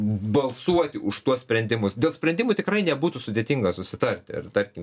balsuoti už tuos sprendimus dėl sprendimų tikrai nebūtų sudėtinga susitarti ar tarkim